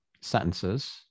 sentences